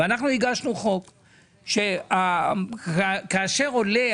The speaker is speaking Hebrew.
הגשנו חוק שאומר, שכאשר עולה